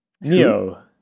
Neo